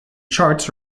charts